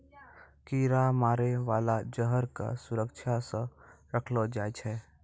कीरा मारै बाला जहर क सुरक्षा सँ रखलो जाय छै